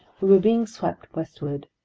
we were being swept westward,